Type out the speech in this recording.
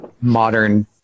modern